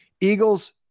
Eagles